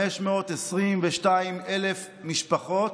522,000 משפחות,